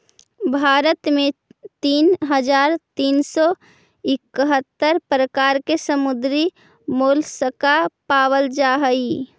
भारत में तीन हज़ार तीन सौ इकहत्तर प्रकार के समुद्री मोलस्का पाबल जा हई